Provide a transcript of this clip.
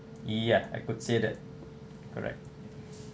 ya I could say that correct